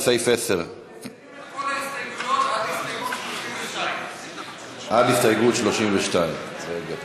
לסעיף 10. אנחנו מורידים את כל ההסתייגויות עד הסתייגות 32. עד הסתייגות